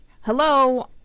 Hello